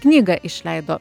knygą išleido